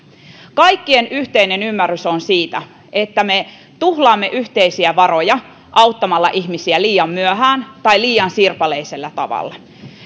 kaikkien yhteinen ymmärrys on siitä että me tuhlaamme yhteisiä varoja auttamalla ihmisiä liian myöhään tai liian sirpaleisella tavalla